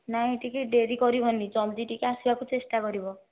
ନାଇଁ ଟିକିଏ ଡେରି କରିବନି ଜଲ୍ଦି ଟିକିଏ ଆସିବାକୁ ଚେଷ୍ଟା କରିବ